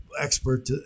expert